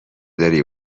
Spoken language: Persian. داری